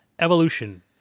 Evolution